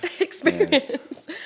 experience